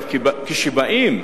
כשבאים